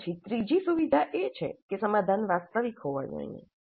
તે પછી ત્રીજી સુવિધા એ છે કે સમાધાન વાસ્તવિક હોવા જોઈએ